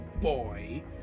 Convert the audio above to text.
boy